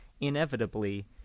inevitably